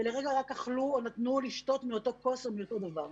ולרגע רק אכלו או נתנו לשתות מאותה כוס או מאותו דבר.